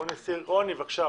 רוני, בבקשה.